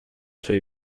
two